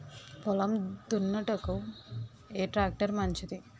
పొలం దున్నుటకు ఏ ట్రాక్టర్ మంచిది?